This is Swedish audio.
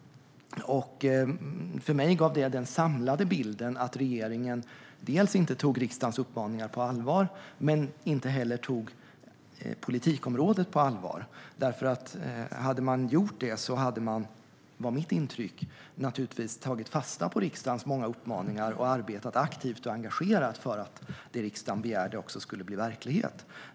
För mig gav detta den samlade bilden att regeringen inte tog riksdagens uppmaningar på allvar och inte heller tog politikområdet på allvar. Hade man gjort det skulle man givetvis ha tagit fasta på riksdagens alla uppmaningar och arbetat aktivt och engagerat för att det riksdagen begärde också skulle bli verklighet.